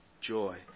joy